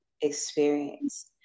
experience